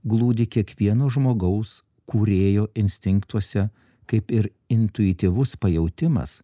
glūdi kiekvieno žmogaus kūrėjo instinktuose kaip ir intuityvus pajautimas